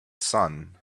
sun